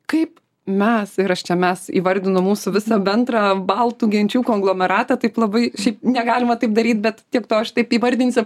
kaip mes ir aš čia mes įvardinu mūsų visą bendrą baltų genčių konglomeratą taip labai šiaip negalima taip daryt bet tiek to aš taip įvardinsiu